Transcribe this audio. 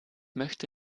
möchte